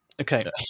Okay